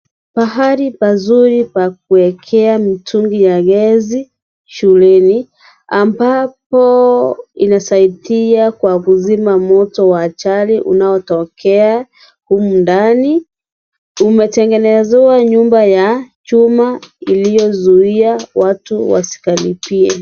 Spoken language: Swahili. Bahari pazuri pa kuwekea mtungi ya gezi shuleni. Ambapo inasaidia kwa kuzima moto wa ajali unaotokea humu ndani. Umetengenezwa nyumba ya chuma iliyozuia watu wasikaribie